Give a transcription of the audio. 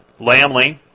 Lamley